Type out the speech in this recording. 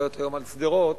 עוברת היום על שדרות,